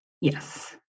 yes